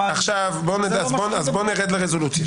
אז בוא נרד לרזולוציה.